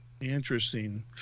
Interesting